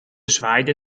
zwaaide